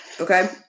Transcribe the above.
Okay